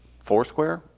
Foursquare